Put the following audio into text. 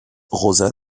rosa